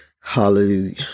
hallelujah